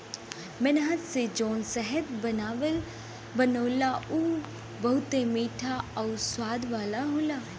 मेहनत से जौन शहद बनला उ बहुते मीठा आउर स्वाद वाला होला